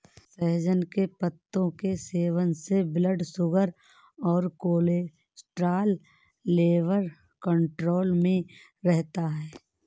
सहजन के पत्तों के सेवन से ब्लड शुगर और कोलेस्ट्रॉल लेवल कंट्रोल में रहता है